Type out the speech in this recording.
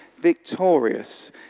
victorious